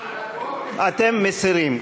אתם מסירים.